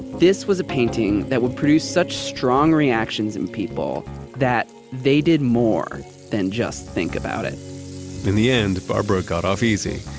this was a painting that would produce such strong reactions in people that they did more than just think about it in the end, barbara got off easy.